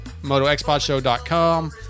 MotoXPodShow.com